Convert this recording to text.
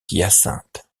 hyacinthe